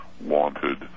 wanted